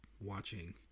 watching